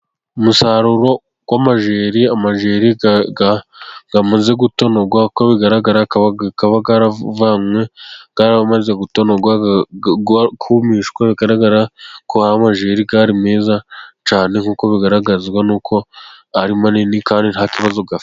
Umusaruro w'amajyeri, amajyeri amaze gutonorwa, uko bigaragara akaba yaravanywe, yaramaze gutonorwa, kumishwa, bigaragara ko amajyeri ari meza cyane, nkuko bigaragazwa n'uko ari manini kandi nta kibazo afite.